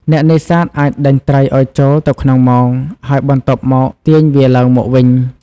អ្នកនេសាទអាចដេញត្រីឲ្យចូលទៅក្នុងមង ហើយបន្ទាប់មកទាញវាឡើងមកវិញ។